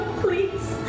please